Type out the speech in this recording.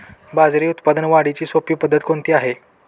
बाजरी उत्पादन वाढीची सोपी पद्धत कोणती आहे?